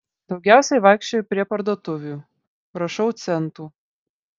daugiausiai vaikščioju prie parduotuvių prašau centų